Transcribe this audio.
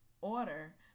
order